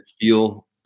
feel